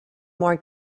more